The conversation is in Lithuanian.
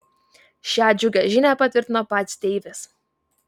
šią džiugią žinią patvirtino pats deivis